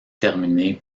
terminée